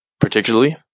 particularly